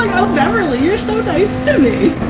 like oh beverley, you're so nice to me!